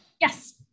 Yes